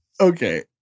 Okay